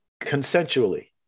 consensually